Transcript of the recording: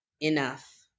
enough